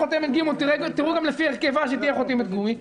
תראו לפי ההרכב של הוועדה שהיא תהיה חותמת גומי.